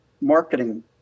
marketing